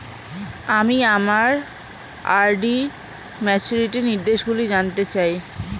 আমি আমার আর.ডি র ম্যাচুরিটি নির্দেশগুলি জানতে চাই